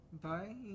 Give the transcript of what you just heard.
Bye